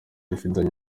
ifitanye